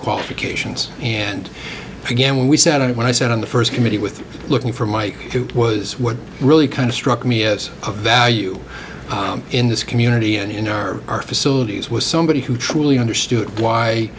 qualifications and again when we said it when i said on the first committee with looking for mike it was what really kind of struck me as a value in this community and in our our facilities was somebody who truly understood why